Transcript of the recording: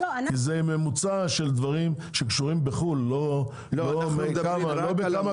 זה ממוצע של דברים שקשורים בחו"ל --- אנחנו לא סותרים את מה